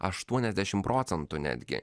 aštuoniasdešimt procentų netgi